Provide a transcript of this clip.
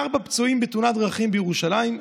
ארבעה פצועים בתאונת דרכים בירושלים,